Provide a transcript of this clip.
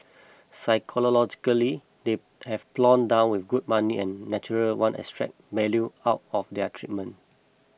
psychologically they've plonked down with good money and naturally want to extract more 'value' out of their treatment